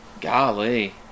golly